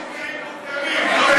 יש תנאים מוקדמים,